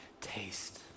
taste